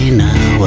now